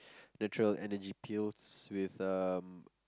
natural Energy Pills with um